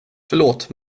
förlåt